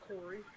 Corey